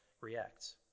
react